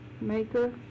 maker